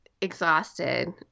exhausted